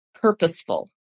purposeful